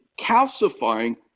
calcifying